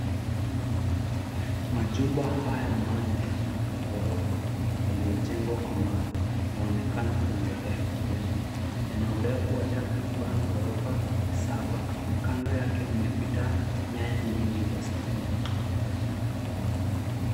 Majumba haya manne ya ghorofa yaliyojengwa kwa mawe, yaonekana kuendelea kujengwa. Yana urefu wa takriban ghorofa saba. Kando yake umepita nyaya nyingi za stima.